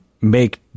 make